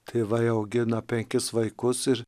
tėvai augina penkis vaikus ir